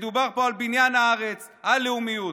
מדובר פה על בניין הארץ, על לאומיות.